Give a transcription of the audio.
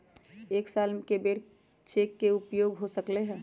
एक साल में कै बेर चेक के उपयोग हो सकल हय